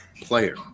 player